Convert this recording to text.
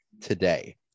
today